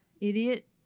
Idiot